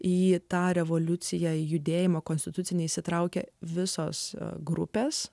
ji tą revoliuciją judėjimą konstitucinę įsitraukė visos grupes